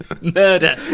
Murder